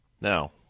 now